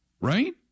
Right